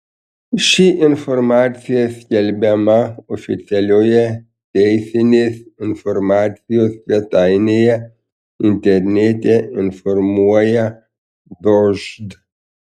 ši informacija skelbiama oficialioje teisinės informacijos svetainėje internete informuoja dožd